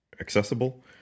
accessible